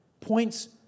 points